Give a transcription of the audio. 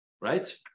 Right